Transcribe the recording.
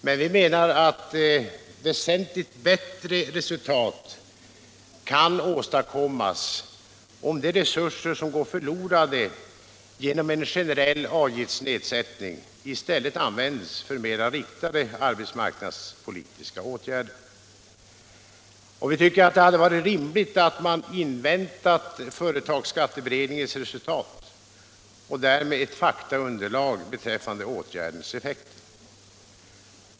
Men vi menar att väsentligt bättre resultat kan åstadkommas om de resurser som går förlorade genom en generell avgiftsnedsättning i stället används för mera riktade arbetsmarknadspolitiska åtgärder. Vi tycker också att det hade varit rimligt att regeringen inväntat företagsskatteberedningens resultat och därmed fått ett faktaunderlag beträffande åtgärdens effekter.